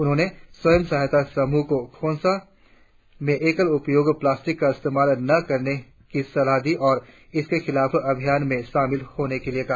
उन्होंने स्वयं सहायता समूह को खोंसा में एकल उपयोग प्लास्टिक का इस्तेमाल न करने की सलाह दी और इसके खिलाफ अभियान में शामिल होने के लिए कहा